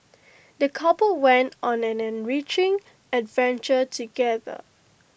the couple went on an enriching adventure together